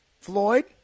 Floyd